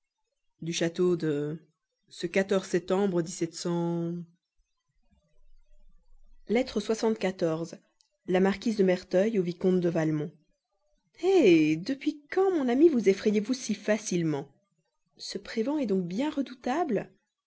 du château de la marquise de merteuil au vicomte de valmont eh depuis quand mon ami vous effrayez vous si facilement ce prévan est donc bien redoutable